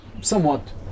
somewhat